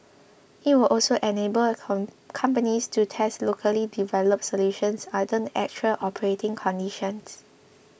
it will also enable companies to test locally developed solutions under actual operating conditions